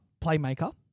playmaker